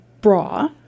bra